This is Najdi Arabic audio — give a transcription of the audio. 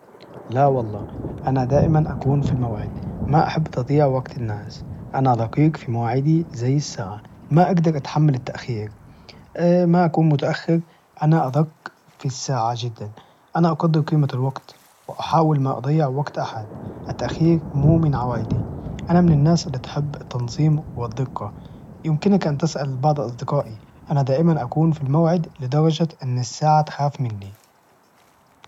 لا والله, أنا دائما أكون في الموعد، ما أحب تضيع وقت الناس، أنا دقيق في مواعدي زي الساعة، ما أقدر أتحمل التأخير ما أكون متأخر أنا أدق في الساعة جدا، أنا أقدر قيمة الوقت وأحاول ما أضيع وقت أحد، التأخير مو من عوايدي، أنا من الناس إللي تحب التنظيم، والدقة يمكنك أن تسأل بعض أصدقائي، أنا دائما أكون في الموعد لدرجة إن الساعة تخاف مني.